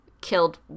killed